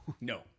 no